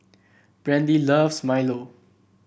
Brandie loves Milo